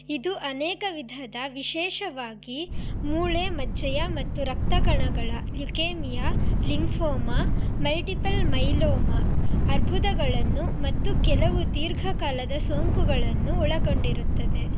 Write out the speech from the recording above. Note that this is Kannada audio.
ಇದು ಅನೇಕ ವಿಧದ ವಿಶೇಷವಾಗಿ ಮೂಳೆ ಮಜ್ಜೆಯ ಮತ್ತು ರಕ್ತ ಕಣಗಳ ಲ್ಯುಕೇಮಿಯಾ ಲಿಂಫೋಮಾ ಮಲ್ಟಿಪಲ್ ಮೈಲೋಮಾ ಅರ್ಬುದಗಳನ್ನು ಮತ್ತು ಕೆಲವು ದೀರ್ಘಕಾಲದ ಸೋಂಕುಗಳನ್ನು ಒಳಗೊಂಡಿರುತ್ತದೆ